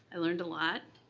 i learned a lot.